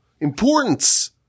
importance